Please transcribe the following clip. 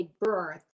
birth